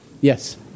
Yes